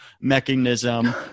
mechanism